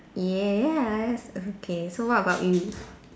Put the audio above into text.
yes okay so what about you